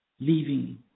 leaving